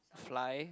fly